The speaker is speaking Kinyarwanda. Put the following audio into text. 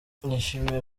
nishimiye